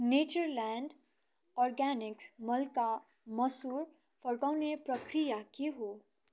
Natureland Organics मल्का मसुर फर्काउने प्रक्रिया के हो